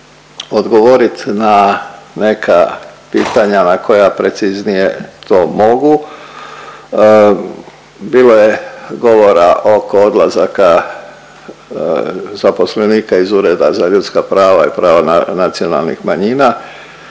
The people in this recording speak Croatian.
odgovorit na neka pitanja na koja preciznije to mogu. Bilo je govora oko odlazaka zaposlenika iz Ureda za ljudska prava i prava nacionalnih manjina,